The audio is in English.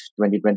2020